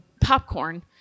popcorn